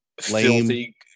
filthy